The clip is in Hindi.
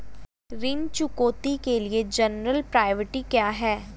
ऋण चुकौती के लिए जनरल प्रविष्टि क्या है?